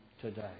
today